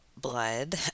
blood